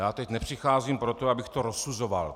A teď nepřicházím proto, abych to rozsuzoval.